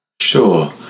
Sure